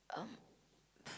um